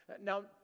Now